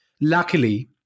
luckily